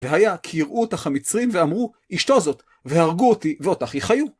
והיה, כי יראו אותך, המצרים, ואמרו, אשתו הזאת, והרגו אותי, ואותך יחיו.